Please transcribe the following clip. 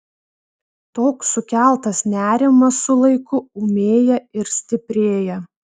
toks sukeltas nerimas su laiku ūmėja ir stiprėja